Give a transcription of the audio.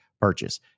purchase